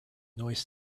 noise